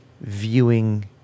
viewing